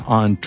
on